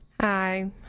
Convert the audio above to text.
Hi